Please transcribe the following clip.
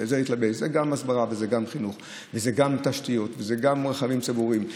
זה גם הסברה וגם חינוך וגם תשתיות וגם רכבים ציבוריים.